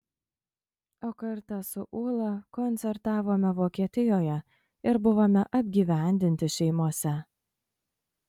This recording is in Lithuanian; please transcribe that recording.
o kartą su ūla koncertavome vokietijoje ir buvome apgyvendinti šeimose